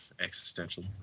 existential